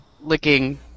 licking